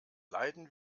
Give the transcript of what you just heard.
leiden